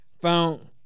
found